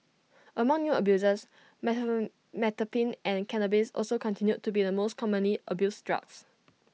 among new abusers and cannabis also continued to be the most commonly abused drugs